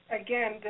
Again